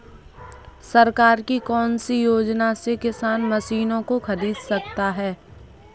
सरकार की कौन सी योजना से किसान मशीनों को खरीद सकता है?